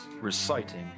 reciting